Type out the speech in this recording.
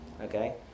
okay